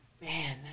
Man